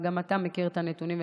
וגם אתה מכיר את הנתונים,